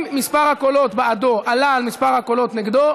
אם מספר הקולות בעדו עלה על מספר הקולות נגדו,